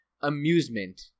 amusement